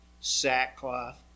sackcloth